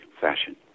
fashion